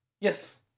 Yes